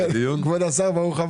אבל גם חייבים לאפשר גישה ועורקי תחבורה